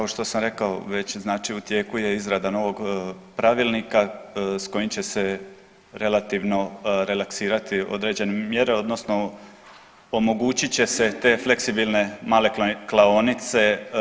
Kao što sam rekao već, znači u tijeku je izrada novog pravilnika sa kojim će se relativno relaksirati određene mjere, odnosno omogućit će se te fleksibilne male klaonice.